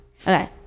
okay